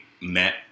met